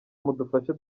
mudufashe